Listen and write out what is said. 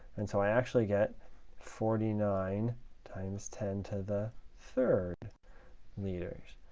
and so i actually get forty nine times ten to the third liters.